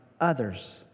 others